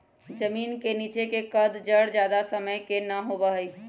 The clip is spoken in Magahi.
जमीन के नीचे के कंद जड़ ज्यादा समय के ना होबा हई